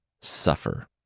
suffer